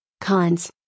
Cons